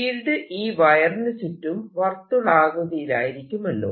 field ഈ വയറിനു ചുറ്റും വാർത്തുളാകൃതിയിലായിരിക്കുമല്ലോ